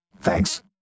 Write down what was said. Thanks